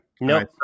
No